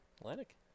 Atlantic